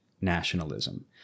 nationalism